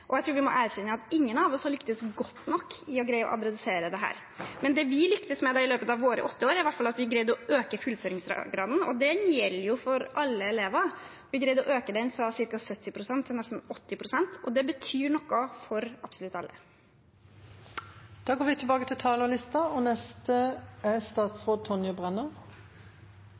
Jeg tror vi må erkjenne at ingen av oss har lyktes godt nok i å greie å adressere dette, men det vi lyktes med i løpet av våre åtte år, er i hvert fall at vi greide å øke fullføringsgraden, og den gjelder jo for alle elever. Vi greide å øke den fra ca. 70 pst. til nesten 80 pst., og det betyr noe for absolutt alle. Replikkordskiftet er omme. Å gi alle frihet og